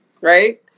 right